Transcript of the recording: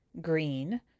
green